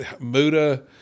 Muda